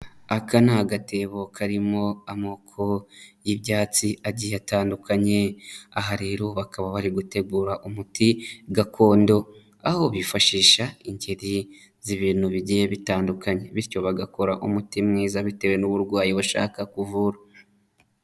Aka ni agatebo karimo amoko y'ibyatsi agiye atandukanye. Aha rero, bakaba bari gutegura umuti gakondo. Aho bifashisha ingeri z'ibintu bigiye bitandukanye. Bityo bagakora umuti mwiza, bitewe n'uburwayi bashaka ko uvura.